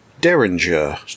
derringer